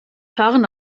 fahren